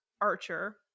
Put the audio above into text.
Archer